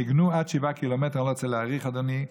הם מיגנו עד 7 ק"מ, לא רוצה להאריך, אדוני,